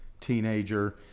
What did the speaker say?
teenager